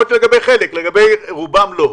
יכול להיות שלגבי חלק, לגבי הרוב לא.